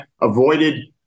avoided